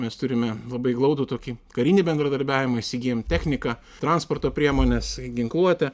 mes turime labai glaudų tokį karinį bendradarbiavimą įsigijom techniką transporto priemones ginkluotę